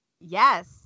Yes